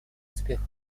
успехах